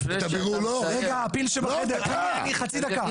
רגע הפיל שבחדר, חצי דקה.